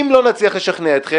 אם לא נצליח לשכנע אתכם,